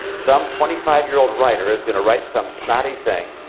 some twenty five year old writer is going to write some snotty thing.